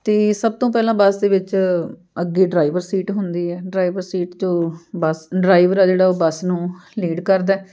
ਅਤੇ ਸਭ ਤੋਂ ਪਹਿਲਾਂ ਬੱਸ ਦੇ ਵਿੱਚ ਅੱਗੇ ਡਰਾਈਵਰ ਸੀਟ ਹੁੰਦੀ ਹੈ ਡਰਾਈਵਰ ਸੀਟ ਜੋ ਬੱਸ ਡਰਾਈਵਰ ਆ ਜਿਹੜਾ ਉਹ ਬੱਸ ਨੂੰ ਲੀਡ ਕਰਦਾ